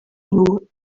nhw